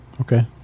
okay